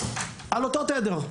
על אותו תדר.